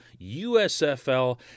USFL